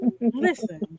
Listen